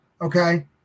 Okay